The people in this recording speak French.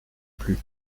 plus